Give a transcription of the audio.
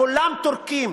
כולם טורקים,